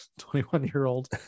21-year-old